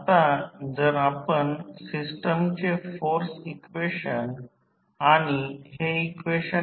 आता दोन winding voltage आणि वाइंडिंग चे गुणोत्तर